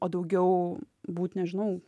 o daugiau būt nežinau